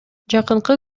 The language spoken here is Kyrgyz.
жакынкы